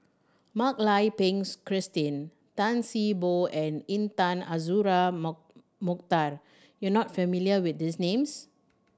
Mak Lai Peng's Christine Tan See Boo and Intan Azura Mokhtar you are not familiar with these names